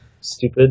stupid